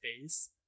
face